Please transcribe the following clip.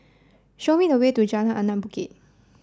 show me the way to Jalan Anak Bukit